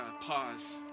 pause